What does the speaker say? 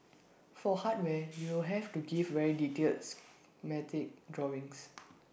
for hardware you have to give very detailed schematic drawings